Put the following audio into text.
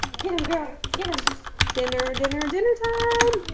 get and get em. dinner, dinner, dinner time!